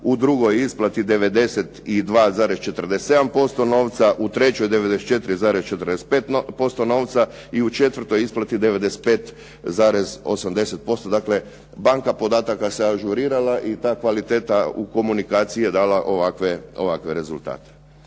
u drugoj isplati 92,47% novce, u trećoj 94,45% novca i u četvrtoj isplati 95,80%. Dakle, banka podataka se ažurirala i ta kvaliteta u komunikaciji je dala ovakve rezultate.